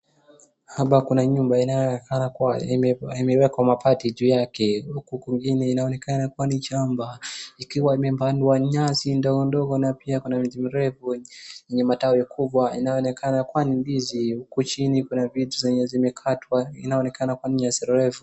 Hapa kuna nyumba inaonekana kuwa imewekwa mabati juu yake, huku kwingine inaonekana kuwa ni shamba ,ikiwa imepandwa nyasi ndogo ndogo na pia kuna miti mirefu yenye matawi kubwa inayonekana kuwa ni ndizi huku chini kuna vitu zenye zimekatwa inaonekana kuwa ni nyasi refu .